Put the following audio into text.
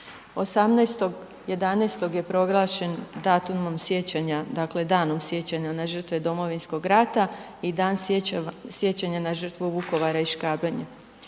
18.11. je proglašen datumom sjećanja, dakle Danom sjećanja na žrtve Domovinskog rata i Dan sjećanja na žrtvu Vukovara i Škabrnje.